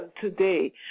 today